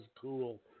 cool